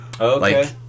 okay